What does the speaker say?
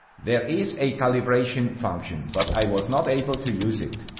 there is a calibration function, but i was not able to use it.